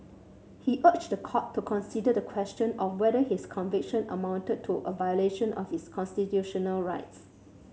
he urged the court to consider the question of whether his conviction amounted to a violation of his constitutional rights